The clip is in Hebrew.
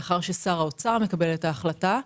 לאחר ששר האוצר מקבל את ההחלטה,